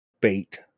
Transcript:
bait